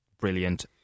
brilliant